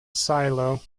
silo